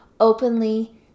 openly